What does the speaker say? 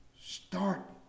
Start